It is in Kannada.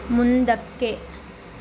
ಮುಂದಕ್ಕೆ